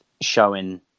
showing